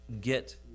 get